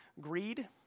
Greed